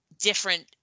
different